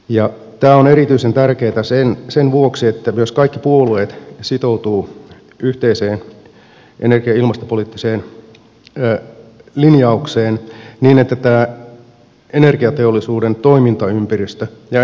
tämä on erityisen tärkeätä sen vuoksi että myös kaikki puolueet sitoutuvat yhteiseen energia ja ilmastopoliittiseen linjaukseen niin että tämä energiateollisuuden toimintaympäristö ja ennustettavuus vakiintuu